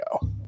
go